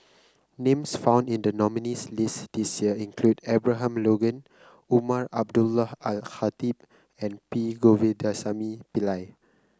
names found in the nominees' list this year include Abraham Logan Umar Abdullah Al Khatib and P Govindasamy Pillai